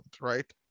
right